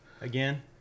Again